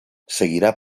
seguirà